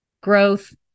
growth